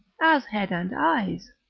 as head and eyes.